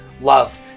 love